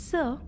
Sir